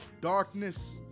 Darkness